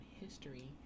history